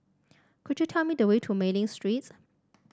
could you tell me the way to Mei Ling Streets